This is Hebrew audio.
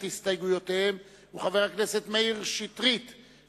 הסתייגויותיהם הוא חבר הכנסת מאיר שטרית,